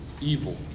evil